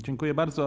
Dziękuję bardzo.